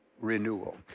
renewal